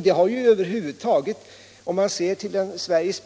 Det har ju över huvud taget, om man ser till Sveriges